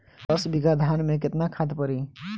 दस बिघा धान मे केतना खाद परी?